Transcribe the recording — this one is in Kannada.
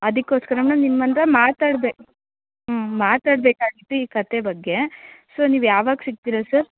ಅದಕ್ಕೋಸ್ಕರವೂ ನಿಮ್ಮಂದ ಮಾತಾಡ್ಬೇ ಹ್ಞೂ ಮಾತಾಡಬೇಕಾಗಿತ್ತು ಈ ಕತೆ ಬಗ್ಗೆ ಸೊ ನೀವು ಯಾವಾಗ ಸಿಕ್ತೀರಾ ಸರ್